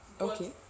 okay